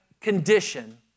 condition